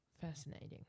fascinating